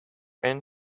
and